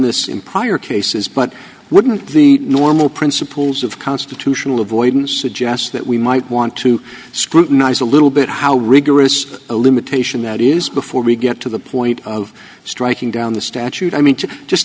this in prior cases but wouldn't the normal principles of constitutional avoidance suggest that we might want to scrutinize a little bit how rigorous a limitation that is before we get to the point of striking down the statute i mean to just